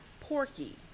Porky